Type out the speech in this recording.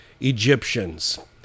Egyptians